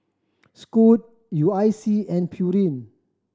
Scoot U I C and Pureen